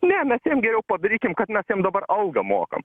ne mes jiem geriau padarykim kad mes jiem dabar algą mokam